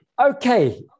Okay